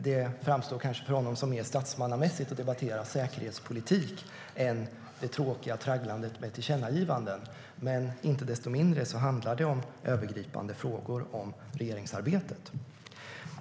Det framstår kanske för honom som mer statsmannamässigt att debattera säkerhetspolitik än det tråkiga tragglandet med tillkännagivanden, men inte desto mindre handlar det om övergripande frågor om regeringsarbetet.